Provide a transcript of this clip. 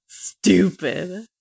Stupid